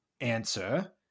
answer